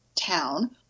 town